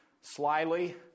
slyly